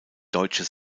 deutsche